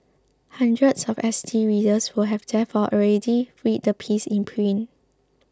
hundreds of S T readers would have therefore already read the piece in print